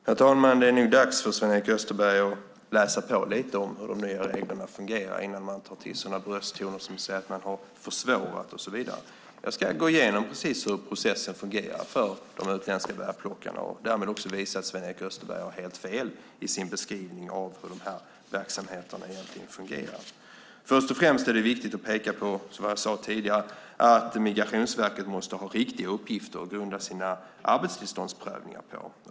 Herr talman! Det är nog dags för Sven-Erik Österberg att läsa på lite om hur de nya reglerna fungerar innan han tar till brösttoner och säger att man har försvårat och så vidare. Jag ska gå igenom precis hur processen fungerar för de utländska bärplockarna och därmed visa att Sven-Erik Österberg har helt fel i sin beskrivning av hur de här verksamheterna egentligen fungerar. Först och främst är det viktigt att peka på, som jag sade tidigare, att Migrationsverket måste ha riktiga uppgifter att grunda sina arbetstillståndsprövningar på.